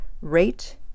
rate